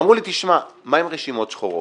אמרו לי, תשמע, מה עם רשימות שחורות?